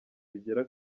bigera